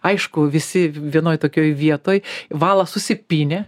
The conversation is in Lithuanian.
aišku visi vienoj tokioj vietoj vala susipynė